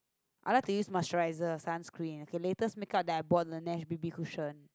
I like to use moisturizer sunscreen okay latest make up that I bought Laneige B_B cushion